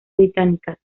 británicas